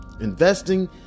Investing